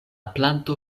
planto